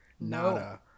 nada